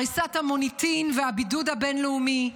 הריסת המוניטין ובידוד בין-לאומי,